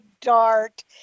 Dart